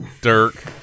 Dirk